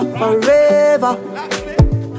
forever